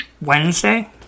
Wednesday